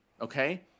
Okay